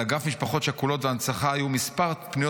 על אגף משפחות שכולות והנצחה היו פניות